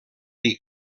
dir